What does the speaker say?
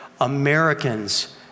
Americans